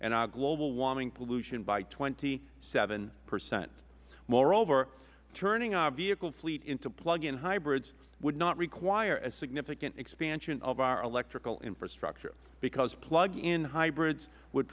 our global warming by twenty seven percent moreover turning our vehicle fleet into plug in hybrids would not require a significant expansion of our electrical infrastructure because plug in hybrids would